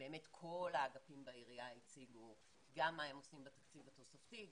כל האגפים בעירייה הציגו גם מה הם עושים בתקציב התוספתי,